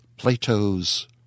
Plato's